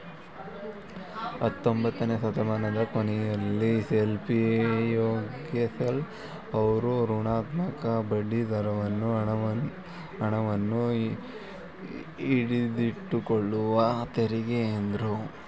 ಹತ್ತೊಂಬತ್ತನೆ ಶತಮಾನದ ಕೊನೆಯಲ್ಲಿ ಸಿಲ್ವಿಯೋಗೆಸೆಲ್ ಅವ್ರು ಋಣಾತ್ಮಕ ಬಡ್ಡಿದರದ ಹಣವನ್ನು ಹಿಡಿದಿಟ್ಟುಕೊಳ್ಳುವ ತೆರಿಗೆ ಎಂದ್ರು